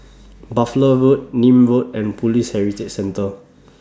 Buffalo Road Nim Road and Police Heritage Centre